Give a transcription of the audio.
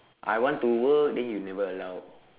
I want to work then you never allow